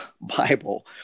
Bible